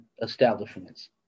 establishments